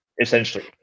essentially